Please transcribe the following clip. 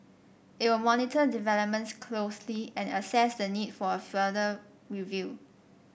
it will monitor developments closely and assess the need for a further review